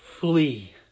flee